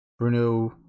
Bruno